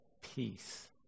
Peace